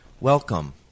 welcome